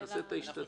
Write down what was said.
נעשה את ההשתדלות,